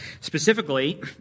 specifically